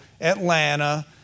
Atlanta